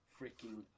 freaking